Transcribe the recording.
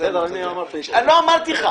אני איתך,